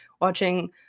watching